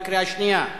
בקריאה שנייה,